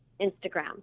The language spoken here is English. Instagram